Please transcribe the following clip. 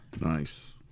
nice